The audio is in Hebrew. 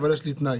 אבל יש לי תנאי